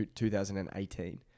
2018